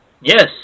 Yes